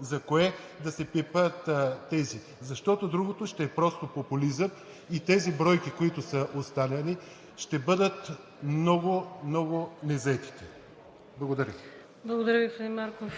за кое да се пипат тези, защото другото ще е просто популизъм и тези бройки, които са останали, ще бъдат много, много незаетите. Благодаря Ви. ПРЕДСЕДАТЕЛ ВИКТОРИЯ ВАСИЛЕВА: Благодаря Ви, господин Марков.